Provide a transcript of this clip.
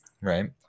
right